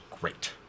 great